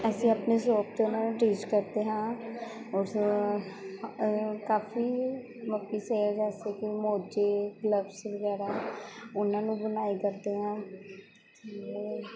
ਅਸੀਂ ਆਪਣੀ ਸ਼ੋਪ 'ਤੇ ਉਹਨਾਂ ਨੂੰ ਟੀਚ ਕਰਦੇ ਹਾਂ ਉਸ ਕਾਫੀ ਮੱਕੀ ਸੇਲ ਜੈਸੇ ਕੀ ਮੋਜੇ ਗਲੱਵਸ ਵਗੈਰਾ ਉਹਨਾਂ ਨੂੰ ਬੁਣਾਈ ਕਰਦੇ ਹਾਂ